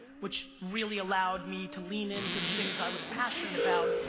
which really allowed me to lean into the things i was passionate about,